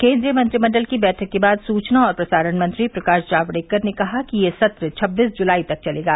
केंद्रीय मंत्रिमंडल की बैठक के बाद सूचना और प्रसारण मंत्री प्रकाश जावड़ेकर ने कहा कि यह सत्र छब्बीस जुलाई तक चलेगा